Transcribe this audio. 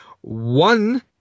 One